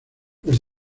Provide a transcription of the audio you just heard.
los